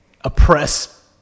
oppress